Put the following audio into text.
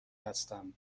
هستم